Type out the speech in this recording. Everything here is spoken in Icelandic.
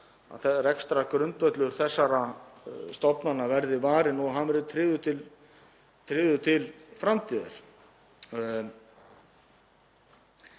að rekstrargrundvöllur þessara stofnana verði varinn og hann tryggður til framtíðar.